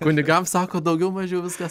kunigams sakot daugiau mažiau viskas